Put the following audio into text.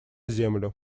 землю